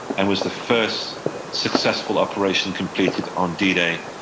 and was the first successful operation completed on d-day.